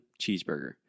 cheeseburger